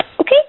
Okay